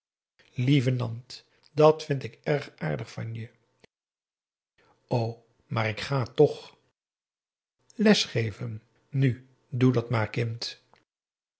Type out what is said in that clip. lieve nant dat vind ik erg aardig van je o maar ik ga toch les geven nu doe dat maar kind